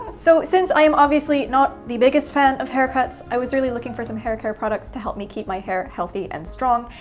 so since i am obviously not the biggest fan of haircuts, i was really looking for some haircare products to help me keep my hair healthy and strong,